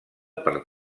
per